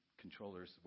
Controller's